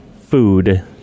Food